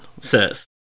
says